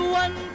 one